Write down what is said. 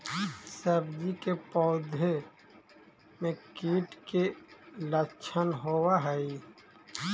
सब्जी के पौधो मे कीट के लच्छन होबहय?